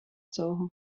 цього